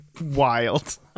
wild